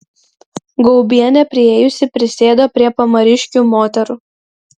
gaubienė priėjusi prisėdo prie pamariškių moterų